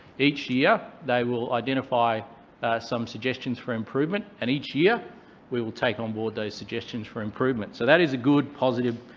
each year they will identify some suggestions for improvement, and each year we will take on board those suggestions for improvement. so that is a good, positive,